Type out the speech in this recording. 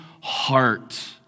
heart